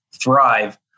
thrive